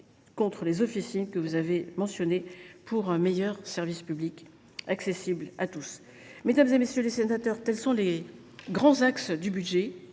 contre les officines que vous avez mentionnées, pour un meilleur service public accessible à tous. Mesdames, messieurs les sénateurs, tels sont les grands axes du budget